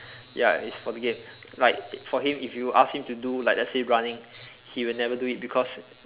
ya is for the game like for him if you ask him to do like let's say running he will never do it because